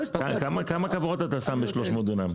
כמה כוורות אתה שם ב-300 דונם?